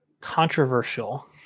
controversial